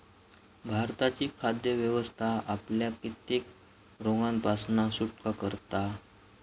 भारताची खाद्य व्यवस्था आपल्याक कित्येक रोगांपासना सुटका करता